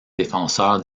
défenseur